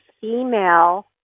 female